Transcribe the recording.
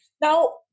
Now